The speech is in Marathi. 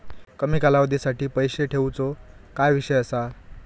कमी कालावधीसाठी पैसे ठेऊचो काय विषय असा?